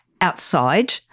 outside